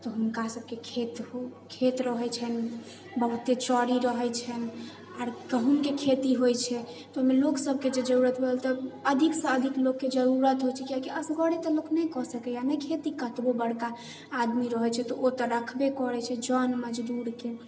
तऽ हुनका सबके खेत रहै छनि बहुते चरी रहै छनि आओर गहूमके खेती होइ छै तऽ ओहिमे लोकसबके जे जरूरत भेल तऽ अधिकसँ अधिक लोकके जरूरत होइ छै कियाकि असगरे तऽ लोक नहि कऽ सकैए ने खेती कतबो बड़का आदमी रहै छै तऽ ओ तऽ रखबे करै छै जन मजदूरके